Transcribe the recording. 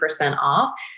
off